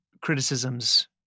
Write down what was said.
criticisms